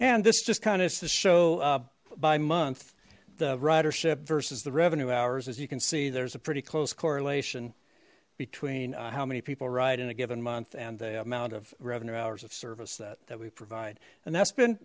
and this just kind of to show by month the ridership versus the revenue hours as you can see there's a pretty close correlation between how many people ride in a given month and the amount of revenue hours of service that that we provide and that's been